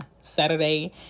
Saturday